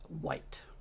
white